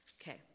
okay